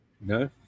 No